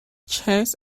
chess